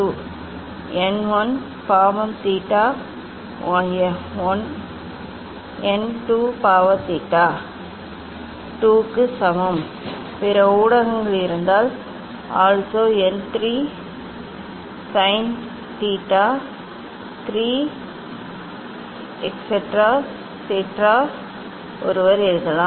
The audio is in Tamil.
n 1 பாவம் தீட்டா 1 n 2 பாவ தீட்டா 2 க்கு சமம் பிற ஊடகங்கள் இருந்தால் also n 3 sin theta 3 etcetera etcetera ஒருவர் எழுதலாம்